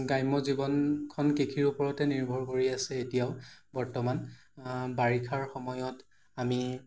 গ্ৰাম্য জীৱনখন কৃষিৰ ওপৰতে নিৰ্ভৰ কৰি আছে এতিয়াও বৰ্তমান বাৰিষাৰ সময়ত আমি